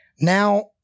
Now